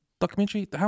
documentary